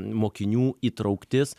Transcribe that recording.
mokinių įtrauktis